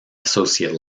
associate